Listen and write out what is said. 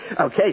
Okay